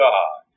God